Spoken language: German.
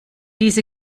diese